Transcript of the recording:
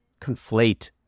conflate